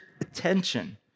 attention